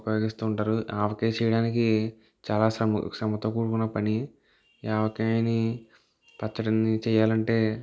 ఉపయోగిస్తు ఉంటారు ఆవకాయ చేయడానికి చాలా శ్రమ శ్రమతో కూడుకున్న పని ఈ ఆవకాయని పచ్చడిని చేయాలంటే